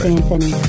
Anthony